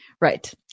Right